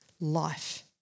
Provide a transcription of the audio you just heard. life